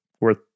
worth